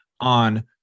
on